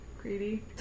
greedy